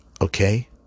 Okay